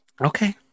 okay